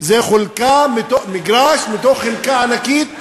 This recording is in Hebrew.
זה מגרש מתוך חלקה ענקית,